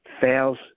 fails